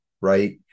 right